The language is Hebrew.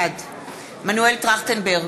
בעד מנואל טרכטנברג,